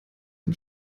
dem